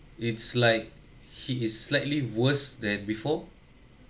it's like he is slightly worse than before